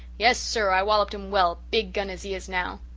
yes, sir, i walloped him well, big gun as he is now.